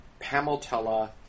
Pameltella